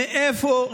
מאיפה,